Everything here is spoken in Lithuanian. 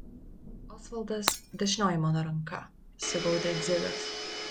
osvaldas dešinioji mano ranka sugaudė dzigas